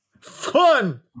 Fun